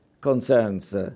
concerns